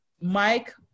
Mike